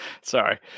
sorry